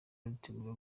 aritegura